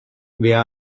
where